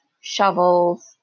shovels